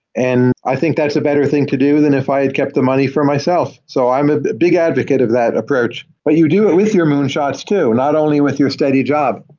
and i think that's a better thing to do than if i'd kept the money for myself. so i'm a big advocate of that approach. but you do it with your moonshots too, not only with your steady job.